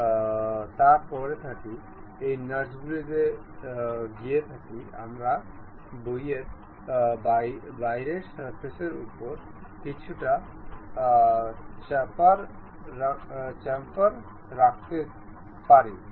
আপাতত আসুন আমরা এই ট্যান্জেন্ট মেট কে চেষ্টা করি